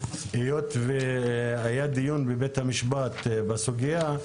היות והיה דיון בבית המשפט בסוגיה,